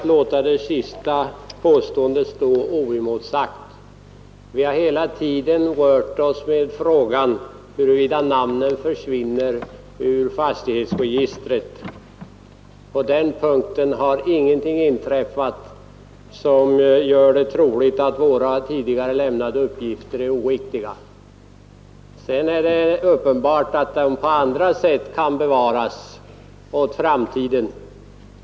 Herr talman! Det är ogörligt att låta det sista påståendet stå oemotsagt. Vi har hela tiden rört oss med frågan huruvida namnen försvinner ur fastighetsregistret. På den punkten har ingenting inträffat som gör det troligt att våra tidigare lämnade uppgifter är oriktiga. Sedan är det uppenbart att namnen på andra sätt kan bevaras åt framtiden.